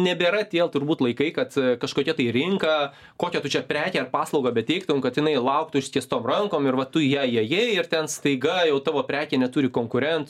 nebėra tie turbūt laikai kad kažkokia tai rinka kokią tu čia prekę ar paslaugą beteiktum kad jinai lauktų ištiestom rankom ir vat tu į ją įėjai ir ten staiga jau tavo prekė neturi konkurentų